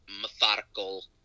methodical